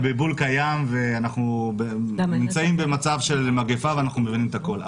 הבלבול קיים ואנחנו נמצאים במצב של מגפה ואנחנו מבינים את הכול.